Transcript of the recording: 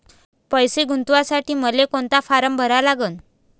पैसे गुंतवासाठी मले कोंता फारम भरा लागन?